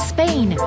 Spain